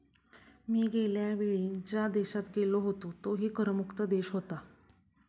मी गेल्या वेळी ज्या देशात गेलो होतो तोही कर मुक्त देश होता